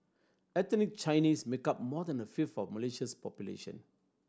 ethnic Chinese make up more than a fifth of Malaysia's population